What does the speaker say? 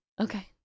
Okay